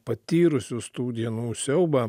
patyrusius tų dienų siaubą